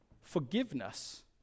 forgiveness